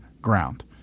ground